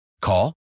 call